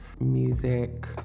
music